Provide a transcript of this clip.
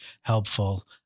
helpful